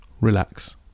relax